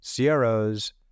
CROs